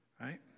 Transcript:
right